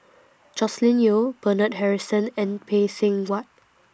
Joscelin Yeo Bernard Harrison and Phay Seng Whatt